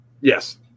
Yes